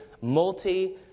multi